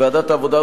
ועדת העבודה,